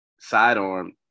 sidearm